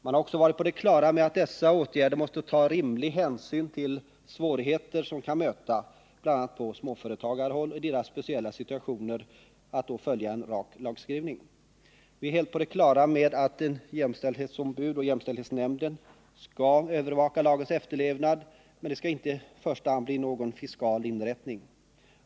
Man har också varit på det klara med att dessa åtgärder måste ta rimlig hänsyn till de svårigheter som kan möta bl.a. på småföretagarhåll att i deras speciella situationer följa en rak lagskrivning. Vi är helt på det klara med att jämställdhetsombudet och jämställdhetsnämnden som skall övervaka lagens efterlevnad inte i första hand blir någon fiskal inrättning.